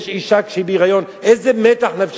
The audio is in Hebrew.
אשה שהיא בהיריון, איזה מתח נפשי יש לה?